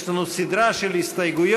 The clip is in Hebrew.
יש לנו סדרה של הסתייגויות,